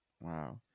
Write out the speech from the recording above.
Wow